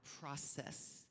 process